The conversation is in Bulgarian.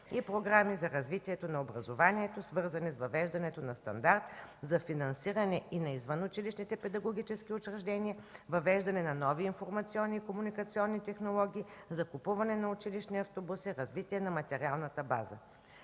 и програми за развитие на образованието, свързани с въвеждането на стандарт за финансиране и на извънучилищните педагогически учреждения, въвеждане на нови информационни и комуникационни технологии, закупуване на училищни автобуси и развитие на материалната база.